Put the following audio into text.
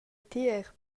tier